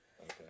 Okay